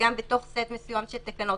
וגם בתוך סט מסוים של תקנות,